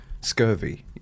scurvy